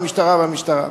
והמשטרה והמשטרה.